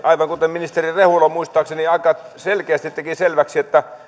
aivan kuten ministeri rehula muistaakseni aika selkeästi teki selväksi niin